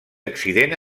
accident